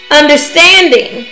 understanding